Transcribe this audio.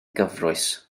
gyfrwys